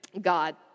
God